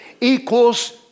equals